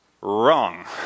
Wrong